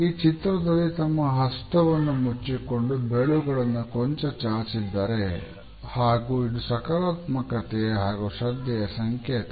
ಈ ಚಿತ್ರದಲ್ಲಿ ತಮ್ಮ ಹಸ್ತವನ್ನು ಮುಚ್ಚಿಕೊಂಡು ಬೆರಳುಗಳನ್ನು ಕೊಂಚ ಚಾಚಿದ್ದರೆ ಹಾಗೂ ಇದು ಸಕಾರಾತ್ಮಕತೆಯ ಹಾಗೂ ಶ್ರದ್ಧೆಯ ಸಂಕೇತ